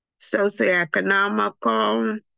socioeconomical